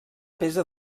pesa